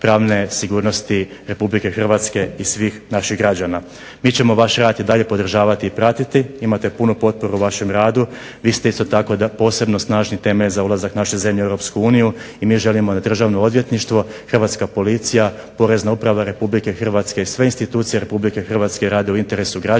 pravne sigurnosti Republike Hrvatske i svih naših građana. Mi ćemo vaš rad i dalje podržavati i pratiti, imate punu potporu u vašem radu. Vi ste isto tako posebno snažni temelj za ulazak naše zemlje u Europsku uniju i mi želimo da Državno odvjetništvo, Hrvatska policija, Porezna uprava Republike Hrvatske i sve institucije Republike Hrvatske rade u interesu građana,